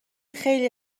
خیلی